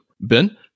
Ben